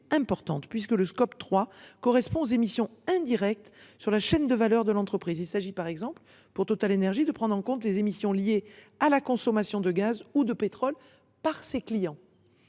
car le scope 3 correspond aux émissions indirectes sur la chaîne de valeur de l’entreprise. Il s’agit par exemple, pour TotalEnergies, de prendre en compte les émissions liées à la consommation de gaz ou de pétrole par ses clients.